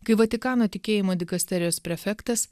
kai vatikano tikėjimo dikasterijos prefektas